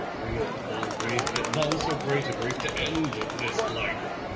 grief upon grief, yet none so great a grief, to end this life,